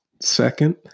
Second